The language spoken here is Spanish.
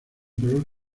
color